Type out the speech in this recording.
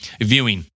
viewing